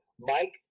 Mike